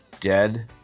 dead